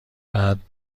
بعد